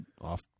off